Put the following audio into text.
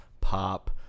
pop